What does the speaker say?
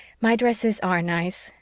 my dresses are nice.